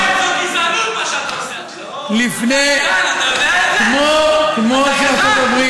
לפני, אז מה?